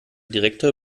direktor